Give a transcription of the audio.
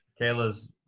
Kayla's